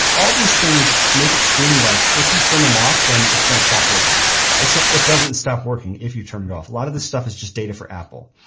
all these things make it seem like if you turn them off then it's going to stop working except it doesn't stop working. if you turn it off, a lot of this stuff is just data for apple.